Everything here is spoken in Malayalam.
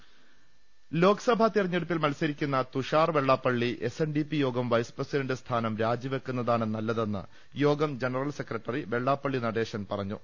ൃ ലോക്സഭാ തെരഞ്ഞെടുപ്പിൽ മത്സരിക്കുന്ന തുഷാർ വെള്ളാ പ്പള്ളി എസ്എൻഡിപി യോഗം വൈസ് പ്രസിഡണ്ട് സ്ഥാനം രാജി വെക്കു ന്ന താണ് നല്ല തെന്ന് യോഗം ജനറൽ സെക്രട്ടറി വെള്ളാപ്പള്ളി നടേശൻ പറഞ്ഞു